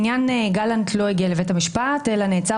עניין גלנט לא הגיע לבית המשפט אלא נעצר